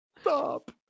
Stop